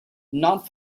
not